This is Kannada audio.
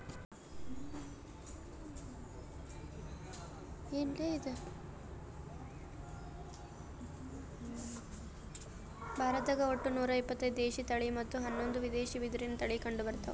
ಭಾರತ್ದಾಗ್ ಒಟ್ಟ ನೂರಾ ಇಪತ್ತೈದು ದೇಶಿ ತಳಿ ಮತ್ತ್ ಹನ್ನೊಂದು ವಿದೇಶಿ ಬಿದಿರಿನ್ ತಳಿ ಕಂಡಬರ್ತವ್